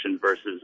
versus